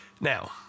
now